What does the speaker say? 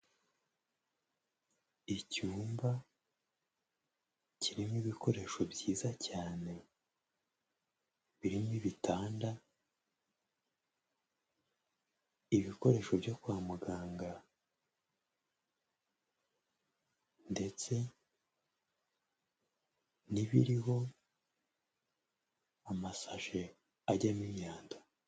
Icyumba kirimo ibikoresho byiza cyane, birimo ibitanda, ibikoresho byo kwa muganga, ndetse n'ibiriho, amasashe ajyamo imyanda.